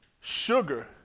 Sugar